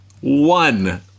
one